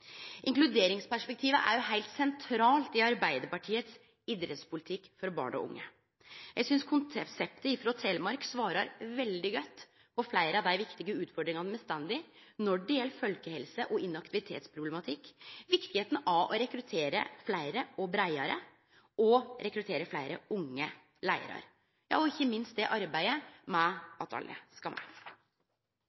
Inkluderingsperspektivet er heilt sentralt i Arbeidarpartiets idrettspolitikk for barn og unge. Eg synest konseptet frå Telemark svarar veldig godt på fleire av dei viktige utfordringane me står i når det gjeld folkehelse og problematikk rundt inaktivitet – det at det er viktig å rekruttere fleire og breiare, rekruttere fleire unge leiarar, og ikkje minst arbeidet med at alle skal med.